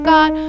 God